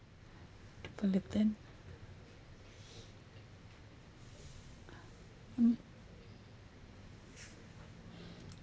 fullerton mm